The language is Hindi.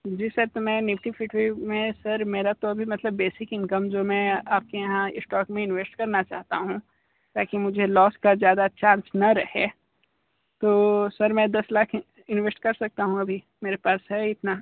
जी सर तो मैं निफ्टी फिफ्टी में सर मेरा तो अभी मतलब बेसिक इनकम जो मैं आपके यहाँ स्टॉक में इन्वेस्ट करना चाहता हूँ ताकि मुझे लॉस का ज़्यादा चांस ना रहे तो सर मैं दस लाख इन्वेस्ट कर सकता हूँ अभी मेरे पास है इतना